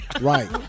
Right